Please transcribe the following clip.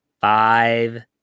five